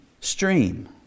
stream